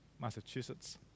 Massachusetts